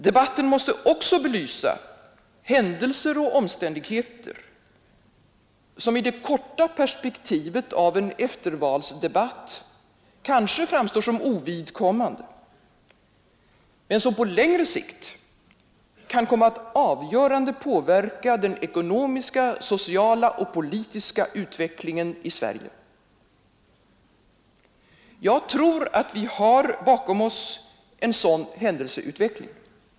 Debatten måste även belysa händelser och omständigheter som i det korta perspektivet av en eftervalsdebatt måhända framstår som ovidkommande, men som på längre sikt kan komma att avgörande påverka den ekonomiska, sociala och politiska utvecklingen i Sverige. Jag tror att vi har en sådan händelseutveckling bakom oss.